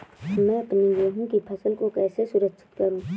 मैं अपनी गेहूँ की फसल को कैसे सुरक्षित करूँ?